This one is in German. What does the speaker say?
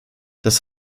das